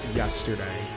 yesterday